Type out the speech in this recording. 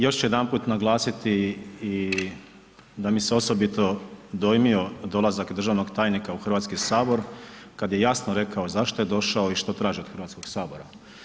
Još ću jedanput naglasiti i da mi se osobito dojmio dolazak državnog tajnika u Hrvatski sabor kad je jasno rekao zašto je došao i što traži od Hrvatskog sabora.